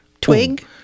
twig